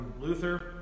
Luther